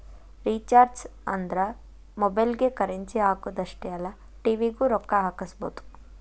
recharges ಅಂದ್ರ ಮೊಬೈಲ್ಗಿ currency ಹಾಕುದ್ ಅಷ್ಟೇ ಅಲ್ಲ ಟಿ.ವಿ ಗೂ ರೊಕ್ಕಾ ಹಾಕಸಬೋದು